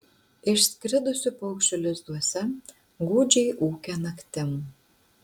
išskridusių paukščių lizduose gūdžiai ūkia naktim